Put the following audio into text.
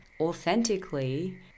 authentically